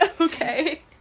Okay